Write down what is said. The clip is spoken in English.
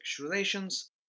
relations